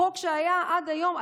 החוק שהיה עד היום,